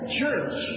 church